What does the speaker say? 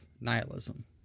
nihilism